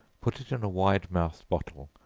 put it in a wide-mouthed bottle,